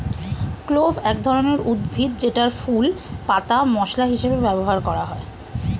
clove এক ধরনের উদ্ভিদ যেটার ফুল, পাতা মসলা হিসেবে ব্যবহার করা হয়